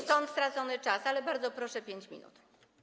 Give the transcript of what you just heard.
Stąd stracony czas, ale bardzo proszę - 5 minut.